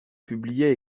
publiait